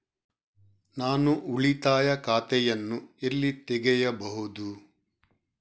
ನಾನು ಉಳಿತಾಯ ಖಾತೆಯನ್ನು ಎಲ್ಲಿ ತೆಗೆಯಬಹುದು?